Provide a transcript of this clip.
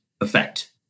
effect